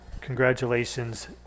congratulations